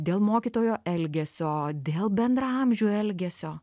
dėl mokytojo elgesio dėl bendraamžių elgesio